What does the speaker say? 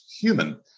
human